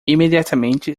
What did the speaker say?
imediatamente